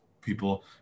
people